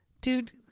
dude